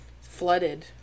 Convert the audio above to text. flooded